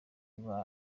bwa